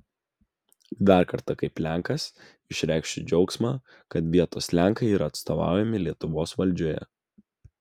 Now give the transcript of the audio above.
dar kartą kaip lenkas išreikšiu džiaugsmą kad vietos lenkai yra atstovaujami lietuvos valdžioje